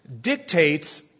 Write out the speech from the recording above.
dictates